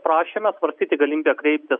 prašėme svarstyti galimybę kreiptis